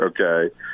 okay